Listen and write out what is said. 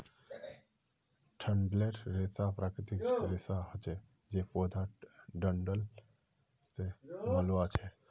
डंठलेर रेशा प्राकृतिक रेशा हछे जे पौधार डंठल से मिल्आ छअ